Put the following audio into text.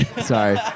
Sorry